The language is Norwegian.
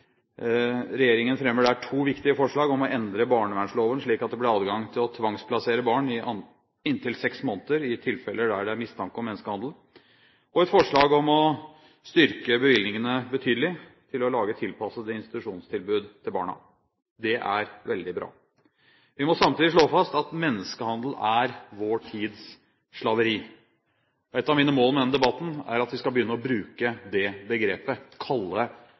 Regjeringen fremmer der to viktige forslag: å endre barnevernsloven slik at det blir adgang til å tvangsplassere barn i inntil seks måneder i tilfeller der det er mistanke om menneskehandel, og å styrke bevilgningene betydelig for å lage tilpassede institusjonstilbud til barna. Det er veldig bra. Vi må samtidig slå fast at menneskehandel er vår tids slaveri. Et av mine mål med denne debatten er at vi skal begynne å bruke det begrepet, kalle